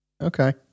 Okay